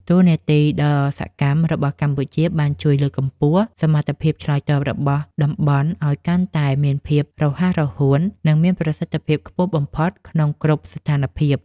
តួនាទីដ៏សកម្មរបស់កម្ពុជាបានជួយលើកកម្ពស់សមត្ថភាពឆ្លើយតបរបស់តំបន់ ឱ្យកាន់តែមានភាពរហ័សរហួន និងមានប្រសិទ្ធភាពខ្ពស់បំផុតក្នុងគ្រប់ស្ថានភាព។